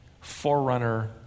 forerunner